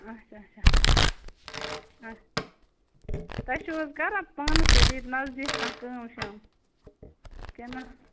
آچھا آچھا آ تۄہہِ چھُو حظ کَران پانَس سۭتۍ ییٚتہِ نَزدیٖک کانٛہہ کٲم شٲم کِنہٕ